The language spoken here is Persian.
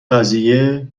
قضیه